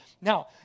Now